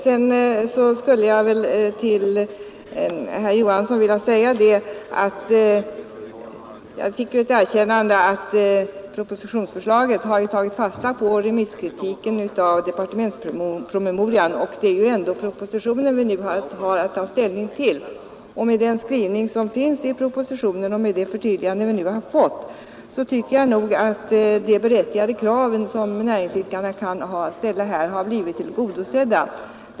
Till herr Johansson i Växjö skulle jag vilja säga att jag fick ett erkännande att propositionsförslaget har tagit fasta på remisskritiken av departementspromemorian, och det är ju ändå propositionen vi nu har att ta ställning till. Med propositionens skrivning och med det förtydligande vi nu har fått tycker jag att de berättigade krav som näringsidkarna kan ha att ställa har blivit tillgodosedda.